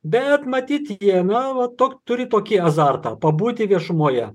bet matyt jie na va to turi tokį azartą pabūti viešumoje